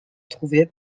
trouvés